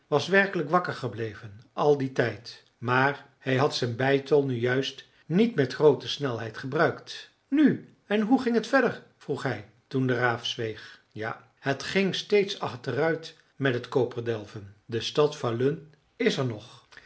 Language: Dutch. was werkelijk wakker gebleven al dien tijd maar hij had zijn beitel nu juist niet met groote snelheid gebruikt nu en hoe ging het verder vroeg hij toen de raaf zweeg ja het ging steeds achteruit met het koperdelven de stad falun is er nog